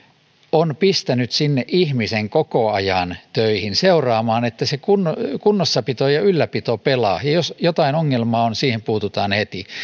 on pistänyt sinne ihmisen koko ajan töihin seuraamaan että kunnossapito ja ylläpito pelaavat ja jos jotain ongelmaa on siihen puututaan heti